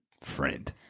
friend